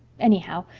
anyhow,